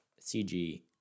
CG